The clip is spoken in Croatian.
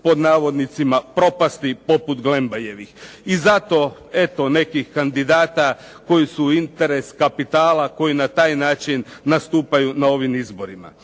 pod navodnicima, propasti poput Glembayevih. I zato eto nekih kandidata koji su interes kapitala koji na taj način nastupaju na ovim izborima.